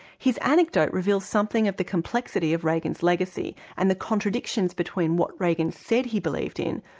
his anecdote reveals something of the complexity of reagan's legacy, and the contradictions between what reagan said he believed in,